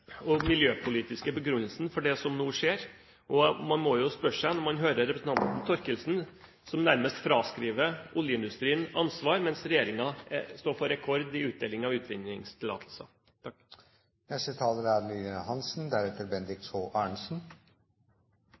og miljøpolitiske begrunnelsen for det som nå skjer. Man må jo spørre seg om det når man hører representanten Thorkildsen, som nærmest fraskriver oljeindustrien ansvar, mens regjeringen står for en rekord i utdeling av utvinningstillatelser. Som lofotværing er